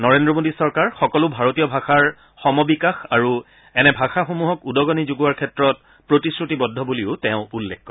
নৰেন্দ্ৰ মোডী চৰকাৰ সকলো ভাৰতীয় ভাষাৰ সমবিকাশ আৰু এনে ভাষাসমূহক উদগণি যোগোৱাৰ ক্ষেত্ৰত প্ৰতিশ্ৰুতিবদ্ধ বুলিও তেওঁ উল্লেখ কৰে